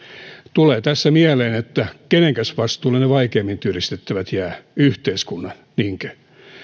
tulee tässä mieleen kenenkäs vastuulle ne vaikeimmin työllistettävät jäävät yhteiskunnan niinkö